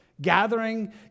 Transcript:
Gathering